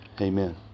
Amen